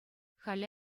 халӗ